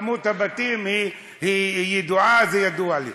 שמספר הבתים ידוע, זה ידוע לי.